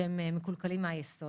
שהם מקולקלים מהיסוד.